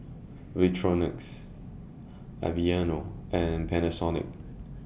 Victorinox Aveeno and Panasonic